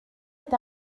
est